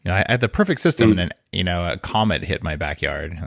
i had the perfect system and then you know a comment hit my backyard.